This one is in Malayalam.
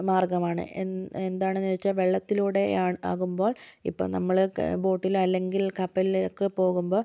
മാർഗമാണ് എന്താണെന്ന് ചോദിച്ചാൽ വെള്ളത്തിലൂടെ ആകുമ്പോൾ ഇപ്പോൾ നമ്മൾ ബോട്ടിൽ അല്ലെങ്കിൽ കപ്പലിലൊക്കെ പോകുമ്പോൾ